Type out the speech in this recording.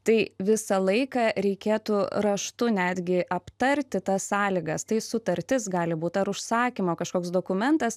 tai visą laiką reikėtų raštu netgi aptarti tas sąlygas tai sutartis gali būti ar užsakymo kažkoks dokumentas